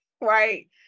right